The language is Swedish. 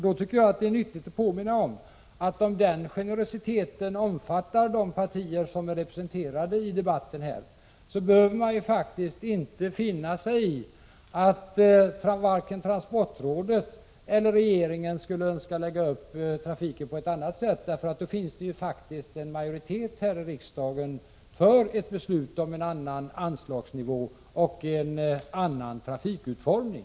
Jag tycker då att det är viktigt att påminna om att om den generositeten finns också i de partier som är representerade i debatten här i dag och om transportrådet eller regeringen skulle önska lägga upp trafiken på ett annat sätt, så behöver man faktiskt inte finna sig i det — då finns det en majoritet här i riksdagen för ett beslut om en annan anslagsnivå och en annan trafikutformning.